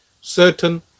certain